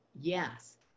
yes